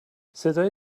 صدای